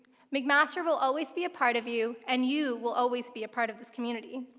mcmaster will always be a part of you and you will always be a part of this community.